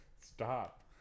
stop